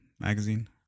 magazine